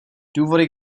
důvody